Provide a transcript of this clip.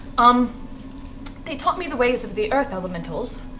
um they taught me the ways of the earth elementals.